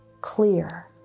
clear